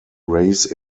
race